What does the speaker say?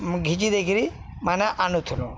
ଘିଚି ଦେଇକିରି ମାନେ ଆନୁଥିଲୁ